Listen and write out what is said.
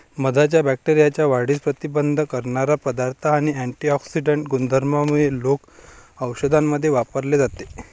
मधाच्या बॅक्टेरियाच्या वाढीस प्रतिबंध करणारा पदार्थ आणि अँटिऑक्सिडेंट गुणधर्मांमुळे लोक औषधांमध्ये वापरले जाते